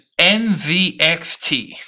NZXT